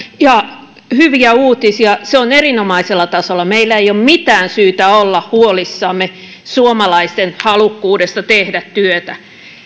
ja hyviä uutisia se on erinomaisella tasolla meillä ei ole mitään syytä olla huolissamme suomalaisten halukkuudesta tehdä työtä